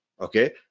okay